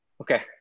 Okay